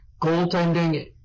goaltending